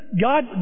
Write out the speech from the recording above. God